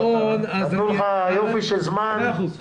מאה אחוז.